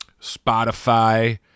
Spotify